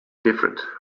different